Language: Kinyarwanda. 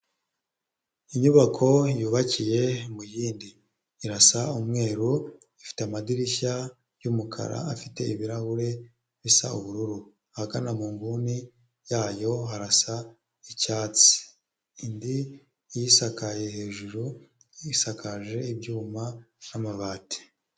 Inyubako yubakiye muyindi irasa umweru ifite amadirishya y'umukara afite ibirahure bisa ubururu ahagana mu nguni yayo harasa icyatsi indi yisakaye hejuru isakaje ibyuma n'amabati.